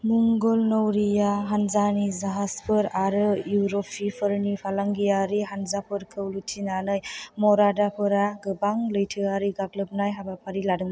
मुगल नौरिया हानजानि जाहाजफोर आरो इउर'पिफोरनि फालांगियारि हान्जाफोरखौ लुथिनानै मरादाफोरा गोबां लैथोआरि गाग्लोबनाय हाबाफारि लादों